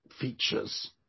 features